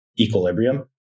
equilibrium